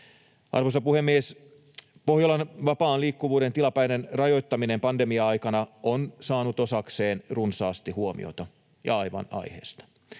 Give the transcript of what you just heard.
Arvoisa puhemies! Pohjolan vapaan liikkuvuuden tilapäinen rajoittaminen pandemia-aikana on saanut osakseen runsaasti huomiota, ja aivan aiheesta.